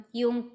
yung